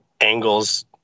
angles